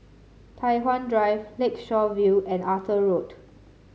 Tai Hwan Drive Lakeshore View and Arthur Road